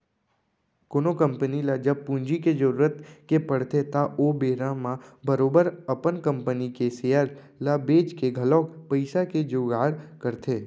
कोनो कंपनी ल जब पूंजी के जरुरत के पड़थे त ओ बेरा म बरोबर अपन कंपनी के सेयर ल बेंच के घलौक पइसा के जुगाड़ करथे